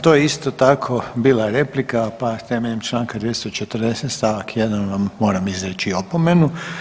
To je isto tako bila replika, pa temeljem Članka 240. stavak 1. vam moram izreći opomenu.